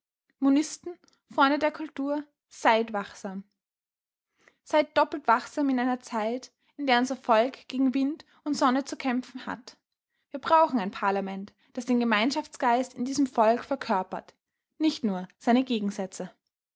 monisten freunde der kultur seid wachsam seid doppelt wachsam in einer zeit in der unser volk gegen wind und sonne zu kämpfen hat wir brauchen ein parlament das den gemeinschaftsgeist in diesem volk verkörpert nicht nur seine gegensätze